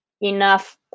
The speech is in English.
enough